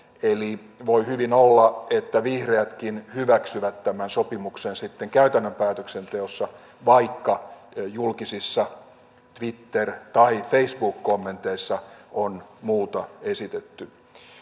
eli voi hyvin olla että vihreätkin hyväksyvät tämän sopimuksen sitten käytännön päätöksenteossa vaikka julkisissa twitter tai facebook kommenteissa on muuta esitetty